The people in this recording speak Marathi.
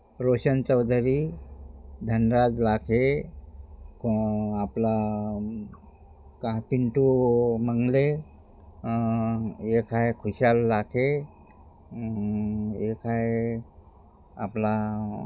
रोशन चौधरी धनराज लाखे क आपला का पिंटू मंगले एक आहे खुशाल लाखे एक आहे आपला